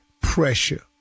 pressure